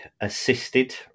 assisted